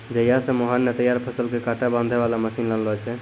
जहिया स मोहन नॅ तैयार फसल कॅ काटै बांधै वाला मशीन लानलो छै